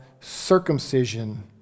circumcision